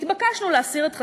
והתבקשנו להסיר את חתימתנו.